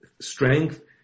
strength